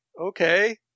okay